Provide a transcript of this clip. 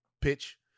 pitch